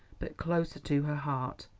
but closer to her heart,